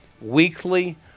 weekly